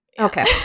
Okay